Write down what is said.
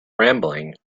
rambling